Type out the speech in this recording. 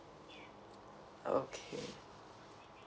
okay